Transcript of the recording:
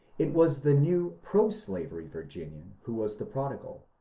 it was the new proslavery virginian who was the prodigal,